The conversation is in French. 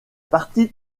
partie